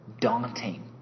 daunting